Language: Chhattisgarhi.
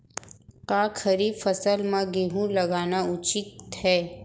का खरीफ फसल म गेहूँ लगाना उचित है?